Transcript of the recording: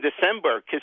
December